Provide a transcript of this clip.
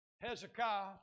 Hezekiah